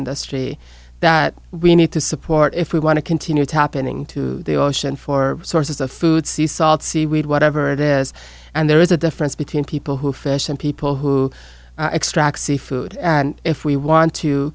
industry that we need to support if we want to continue to happening to the ocean for sources of food sea salt sea weed whatever it is and there is a difference between people who fish and people who extract seafood and if we want to